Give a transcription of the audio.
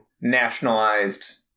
nationalized